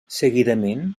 seguidament